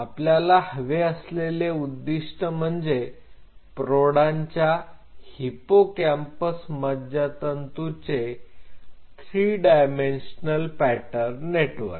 आपल्याला हवे असलेले उद्दिष्ट म्हणजे प्रौढांच्या हिपोकॅम्पस मज्जातंतूंचे 3 डायमेन्शनल पॅटर्न नेटवर्क